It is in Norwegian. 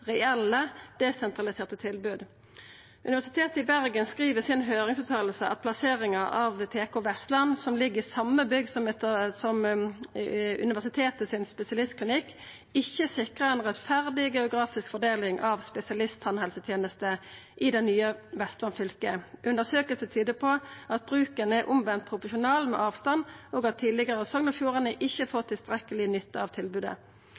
reelle desentraliserte tilbod. Universitetet i Bergen skriv i høyringsfråsegna at plasseringa av TkVestland, som ligg i same bygg som spesialistklinikken til universitetet, ikkje sikrar ei rettferdig geografisk fordeling av spesialisttannhelsetenestene i det nye Vestland fylke. Undersøkingar tyder på at bruken er omvendt proporsjonal med avstanden, og at tidlegare Sogn og Fjordane ikkje får tilstrekkeleg nytte av tilbodet.